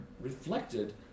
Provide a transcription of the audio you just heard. reflected